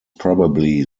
probably